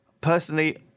personally